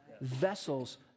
Vessels